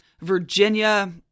Virginia